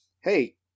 Hey